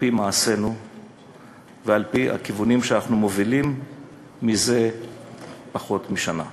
על-פי מעשינו ועל-פי הכיוונים שאנחנו מובילים מזה פחות משנה.